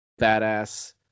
badass